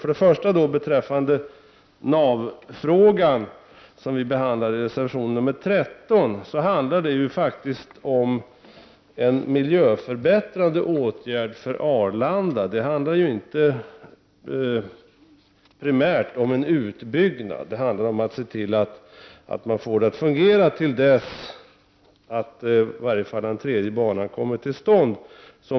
När det för det första gäller frågan om ”flygnav”, som vi behandlar i reservation nr 13, rör det sig om en miljöförbättrande åtgärd för Arlanda. Det handlar inte primärt om en utbyggnad, utan det handlar om att se till att man får det att fungera till dess att i varje fall den tredje banan kommer till stånd.